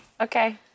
Okay